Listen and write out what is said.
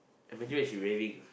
imagine when she's wearing